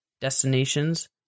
destinations